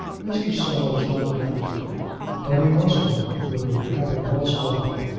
mr. saul was not adapted but he was a man who, having once loved,